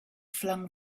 flung